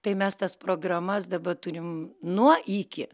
tai mes tas programas daba turim nuo iki